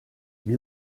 wie